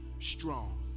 strong